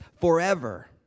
forever